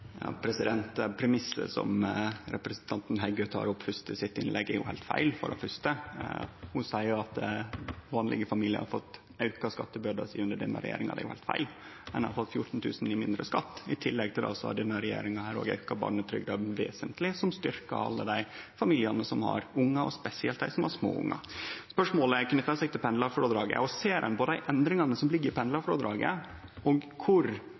Premissen som representanten Heggø nemner fyrst i sitt innlegg, er heilt feil, for det fyrste. Ho seier at vanlege familiar har fått auka skattebyrda si under denne regjeringa. Det er heilt feil. Ein har fått 14 000 kr mindre i skatt. I tillegg har denne regjeringa auka barnetrygda vesentleg, noko som styrkjer alle dei familiane som har ungar, spesielt dei som har små ungar. Spørsmålet knyter seg til pendlarfrådraget: Ser ein på dei endringane som ligg i pendlarfrådraget, og